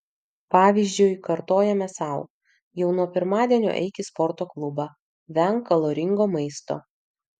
pavyzdžiui kartojame sau jau nuo pirmadienio eik į sporto klubą venk kaloringo maisto